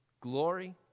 glory